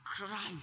Christ